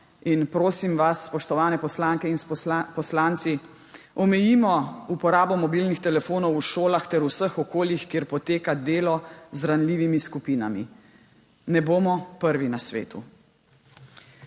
In, prosim vas, spoštovane poslanke in poslanci, omejimo uporabo mobilnih telefonov v šolah ter v vseh okoljih, kjer poteka delo z ranljivimi skupinami. Ne bomo prvi na svetu.